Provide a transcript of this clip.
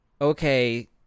okay